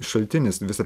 šaltinis visa